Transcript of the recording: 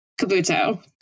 Kabuto